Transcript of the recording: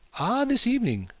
ah, this evening.